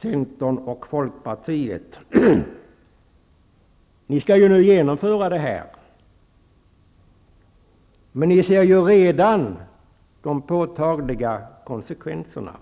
Centern och Folkpartiet: Ni skall nu genomföra det här förslaget, men ni ser redan de påtagliga konsekvenserna.